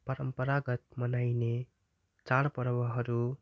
परम्परागत मनाइने चाडपर्वहरू